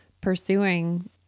pursuing